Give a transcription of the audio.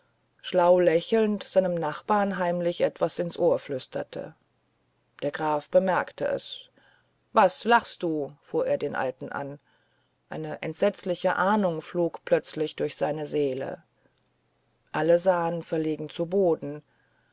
schlau lächelnd seinem nachbar heimlich etwas ins ohr flüsterte der graf bemerkte es was lachst du fuhr er den alten an eine entsetzliche ahnung flog plötzlich durch seine seele alle sahen verlegen zu boden